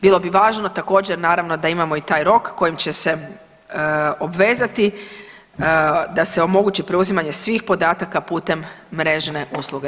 Bilo bi važno također naravno da imamo i taj rok kojim će se obvezati da se omogući preuzimanje svih podataka putem mrežne usluge.